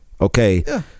Okay